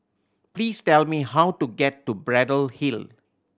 please tell me how to get to Braddell Hill